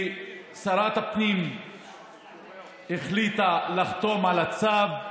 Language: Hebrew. שרת הפנים החליטה לחתום על הצו.